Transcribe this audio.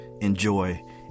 enjoy